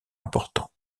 important